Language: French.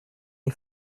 les